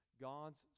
God's